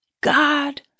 God